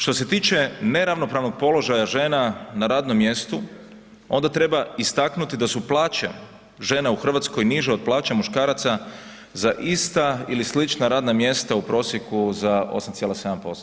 Što se tiče neravnopravnog položaja žena na radnom mjestu onda treba istaknuti da su plaće žena u Hrvatskoj niže od plaća muškaraca za ista ili slična radna mjesta u prosjeku za 8,7%